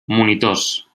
monitors